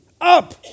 up